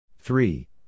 Three